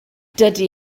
dydy